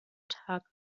tag